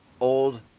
old